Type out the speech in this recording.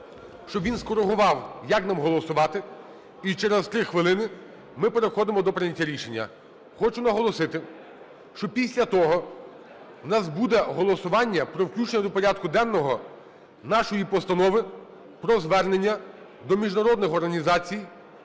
щоб він скорегував, як нам голосувати. І через 3 хвилини ми переходимо до прийняття рішення. Хочу наголосити, що після того у нас буде голосування про включення до порядку денного нашої Постанови про звернення до міжнародних організацій